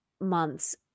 months